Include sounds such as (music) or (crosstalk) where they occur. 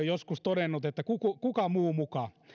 (unintelligible) joskus todennut että kuka muu muka